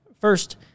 First